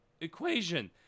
equation